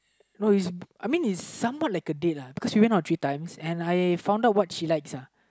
no is I mean is somewhat like a date lah because we went out three times and I found out what she likes uh